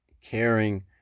caring